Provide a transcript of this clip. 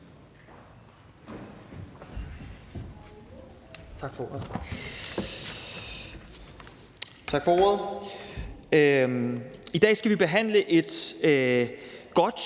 Tak for ordet.